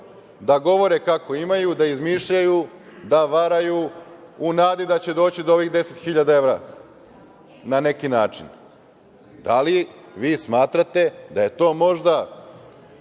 da govore kako imaju, da izmišljaju, da varaju u nadi da će doći do ovih 10.000 evra na neki način. Da li vi smatrate da je to možda